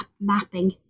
mapping